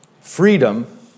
freedom